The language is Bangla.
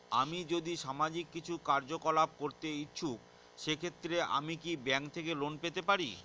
আমি যদি সামাজিক কিছু কার্যকলাপ করতে ইচ্ছুক সেক্ষেত্রে আমি কি ব্যাংক থেকে লোন পেতে পারি?